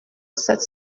sept